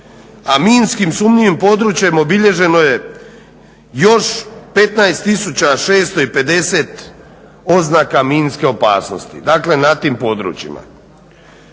a minski sumnjivim područjem obilježeno je još 15 650 oznaka minske opasnosti, dakle na tim područjima.